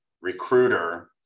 recruiter